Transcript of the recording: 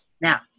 Now